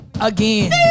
Again